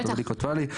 היא כתבה לי,